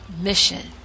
mission